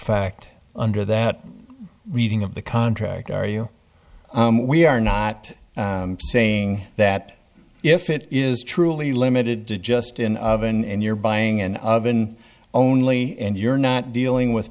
fact under that reading of the contract are you we are not saying that if it is truly limited to just in oven and you're buying an oven only and you're not dealing with